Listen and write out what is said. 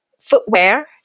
footwear